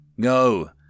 Go